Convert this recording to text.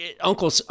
Uncle